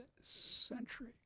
century